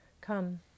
Come